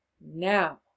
Now